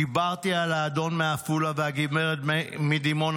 "דיברתי על האדון מעפולה והגברת מדימונה,